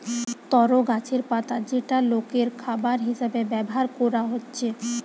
তরো গাছের পাতা যেটা লোকের খাবার হিসাবে ব্যভার কোরা হচ্ছে